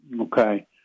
Okay